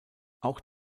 auch